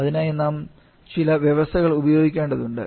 അതിനായി നാം ചില വ്യവസ്ഥകൾ ഉപയോഗിക്കേണ്ടതുണ്ട്